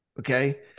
Okay